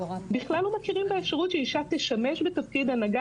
בכלל לא מכירים באפשרות שאישה תשמש בתפקיד הנהגה